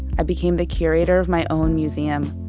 i became the curator of my own museum.